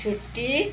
छुट्टी